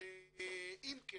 ואם כן